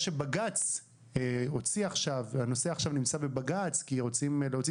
שהנושא נמצא עכשיו בבג"ץ כי רוצים להוציא